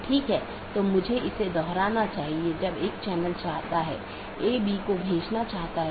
2 update message routing जानकारी को BGP साथियों के बीच आदान प्रदान करता है